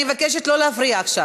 אני מבקשת לא להפריע עכשיו.